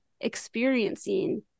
experiencing